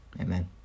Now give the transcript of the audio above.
Amen